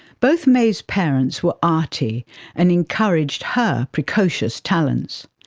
both may's parents were arty and encouraged her precocious talents.